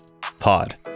pod